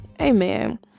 Amen